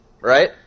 Right